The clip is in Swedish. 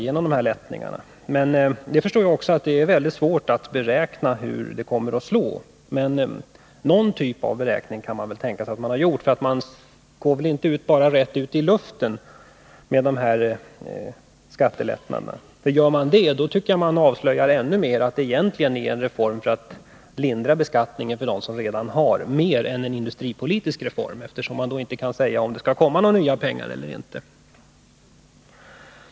Jag förstår att det är svårt att beräkna hur det kommer att slå, men någon typ av beräkning bör man väl ha gjort. Går man verkligen rätt ut i luften med de här skattelättnaderna? Gör man det, då tycker jag att man avslöjar ännu mer att det egentligen är en åtgärd i syfte att lindra beskattningen för dem som redan har det väl beställt och inte en industripolitisk reform, eftersom man inte kan säga om det kommer några nya pengar eller inte.